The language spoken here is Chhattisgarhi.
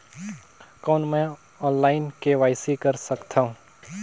कौन मैं ऑनलाइन के.वाई.सी कर सकथव?